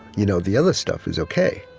you know the other stuff is ok,